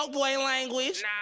language